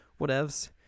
Whatevs